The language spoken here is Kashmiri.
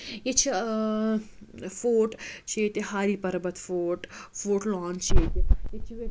ییٚتہِ چھِ فوٹ چھِ ییٚتہِ ہاری پَربَت فوٹ فوٹ لون چھِ ییٚتہِ ییٚتہِ چھِ